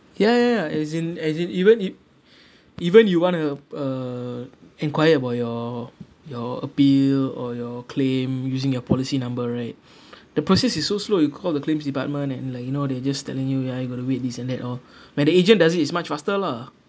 ya ya ya as in as in even you even you want to uh inquire about your your appeal or your claim using your policy number right the process is so slow you call the claims department and like you know they're just telling ya you got to wait this and that all when the agent does it it's much faster lah